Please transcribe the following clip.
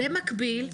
במקביל,